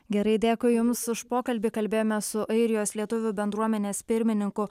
gerai dėkui jums už pokalbį kalbėjome su airijos lietuvių bendruomenės pirmininku